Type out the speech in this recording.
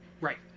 Right